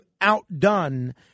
outdone